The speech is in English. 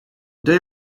day